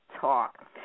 talk